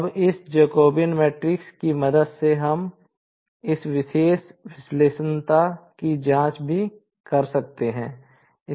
अब इसजोकोबियन मैट्रिक्स की मदद से हम इस विशेष विलक्षणता की जाँच भी कर सकते हैं